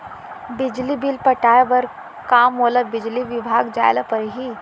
बिजली बिल पटाय बर का मोला बिजली विभाग जाय ल परही?